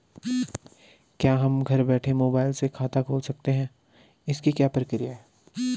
क्या हम घर बैठे मोबाइल से खाता खोल सकते हैं इसकी क्या प्रक्रिया है?